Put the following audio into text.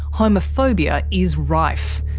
homophobia is rife.